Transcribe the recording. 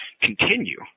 continue